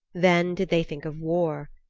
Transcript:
then did they think of war.